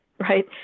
right